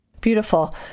Beautiful